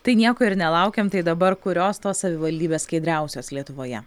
tai nieko ir nelaukiam tai dabar kurios tos savivaldybės skaidriausios lietuvoje